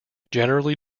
generally